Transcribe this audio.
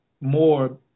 more